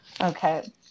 Okay